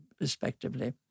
respectively